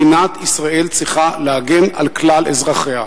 מדינת ישראל צריכה להגן על כלל אזרחיה.